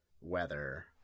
weather